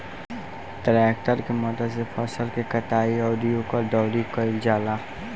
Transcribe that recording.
tractor के मदद से फसल के कटाई अउरी ओकर दउरी कईल जाला